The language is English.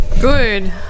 good